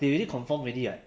they already confirm already eh